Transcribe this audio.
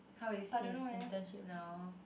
how is his internship now